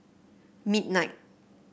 midnight